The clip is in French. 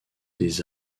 des